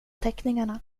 teckningarna